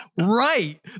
right